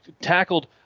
tackled